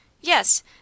Yes